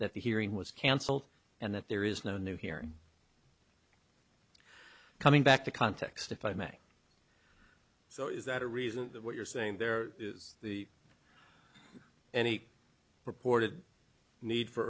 that the hearing was cancelled and that there is no new hearing coming back to context if i may so is that a reason that what you're saying there is the any reported need for